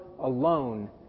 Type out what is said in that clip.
alone